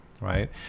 right